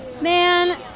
Man